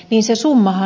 viisi summaa